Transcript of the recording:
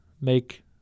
make